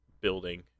building